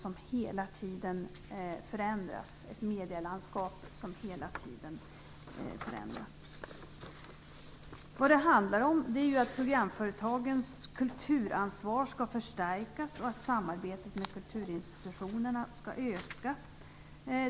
Det är ett medielandskap som hela tiden förändras. Vad det handlar om är att programföretagens kulturansvar skall förstärkas och att samarbetet med kulturinstitutionerna skall öka.